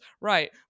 Right